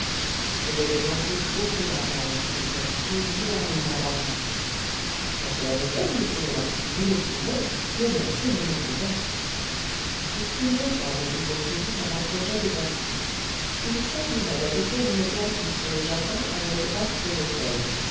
je vais dépenser beaucoup d'argent monsieur doublet énormément d'argent qu'à cela ne tienne monsieur le marquis nous le pouvons dieu merci nous le pouvons depuis longtemps je suis poursuivi par un projet de bâtisse il s'agirait d'ajouter une galerie sur le jardin à l'aile droite de l'hôtel